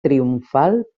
triomfal